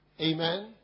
Amen